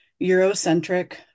Eurocentric